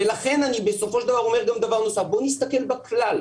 ולכן אני בסופו של דבר אומר גם דבר נוסף: בוא נסתכל בכלל.